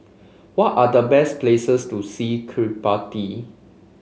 what are the best places to see Kiribati